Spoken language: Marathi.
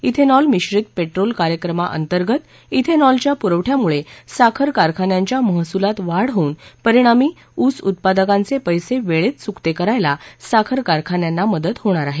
श्रेनॉल मिश्रीत पेट्रोल कार्यक्रमा अंतर्गत श्रेनॉल च्या पुरवठ्यामुळे साखर कारखान्यांच्या महसुलात वाढ होईल परिणामी ऊस उत्पादकांचे पैसे वेळेत चुकते करायला साखर कारखान्यांना मदत होणार आहे